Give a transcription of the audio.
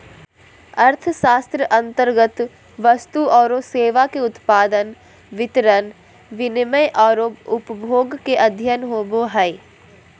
अर्थशास्त्र अन्तर्गत वस्तु औरो सेवा के उत्पादन, वितरण, विनिमय औरो उपभोग के अध्ययन होवो हइ